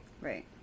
Right